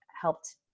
helped